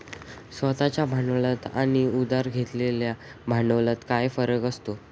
स्वतः च्या भांडवलात आणि उधार घेतलेल्या भांडवलात काय फरक असतो?